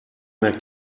mehr